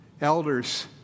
elders